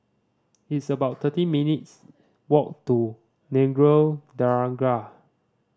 it's about thirty minutes' walk to Nagore Dargah